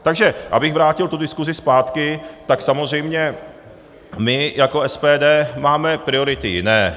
Takže abych vrátil tu diskuzi zpátky, tak samozřejmě my jako SPD máme priority jiné.